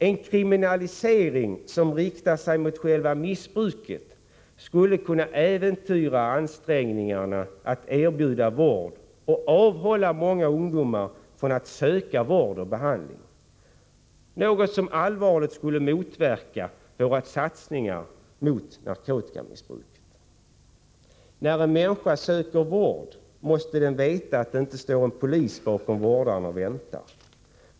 En kriminalisering som riktar sig mot själva missbruket skulle kunna äventyra ansträngningarna att erbjuda vård och avhålla många ungdomar från att söka vård och behandling, vilket är något som allvarligt skulle motverka våra satsningar mot narkotikamissbruket. När en människa söker vård måste den veta att det inte står en polis bakom vårdaren och väntar.